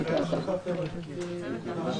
נעולה.